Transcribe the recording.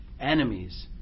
enemies